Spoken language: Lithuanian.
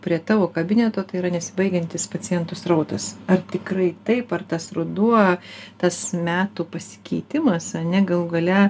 prie tavo kabineto tai yra nesibaigiantis pacientų srautas ar tikrai taip ar tas ruduo tas metų pasikeitimas ane galų gale